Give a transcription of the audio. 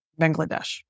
Bangladesh